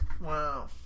Wow